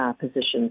positions